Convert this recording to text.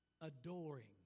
adoring